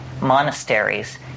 monasteries